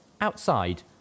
Outside